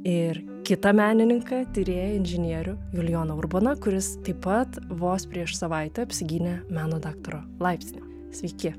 ir kitą menininką tyrėją inžinierių julijoną urboną kuris taip pat vos prieš savaitę apsigynė meno daktaro laipsnį sveiki